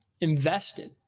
invested